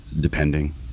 depending